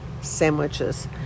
sandwiches